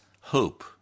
hope